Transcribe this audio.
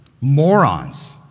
Morons